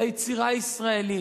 זו היצירה הישראלית,